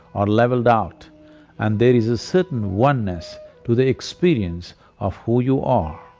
are leveled out and there is a certain oneness to the experience of who you are.